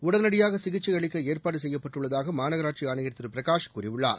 உடனடியாக சிகிச்சை அளிக்க ஏற்பாடு செய்யப்பட்டுள்ளதாக மாநகராட்சி ஆணையர் திரு பிரகாஷ் கூறியுள்ளார்